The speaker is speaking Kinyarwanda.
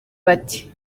bati